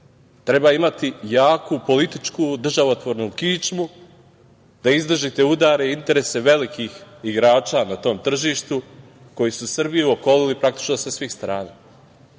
imati jaku političku državotvornu kičmu da izdrži te udare, interese velikih igrača na tom tržištu koji su Srbiju opkolili, praktično, sa svih strana.